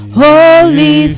holy